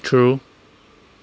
true